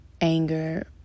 anger